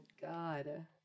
God